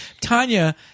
Tanya